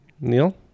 neil